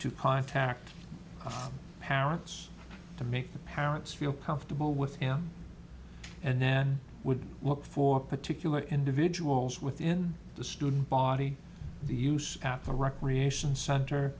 to contact parents to make the parents feel comfortable with him and then would look for particular individuals within the student body the use after recreation center